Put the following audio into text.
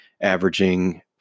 averaging